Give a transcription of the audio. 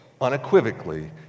unequivocally